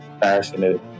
passionate